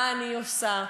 מה אני עושה?